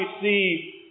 see